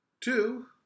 Two